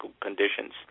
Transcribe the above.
conditions